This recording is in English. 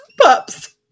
pups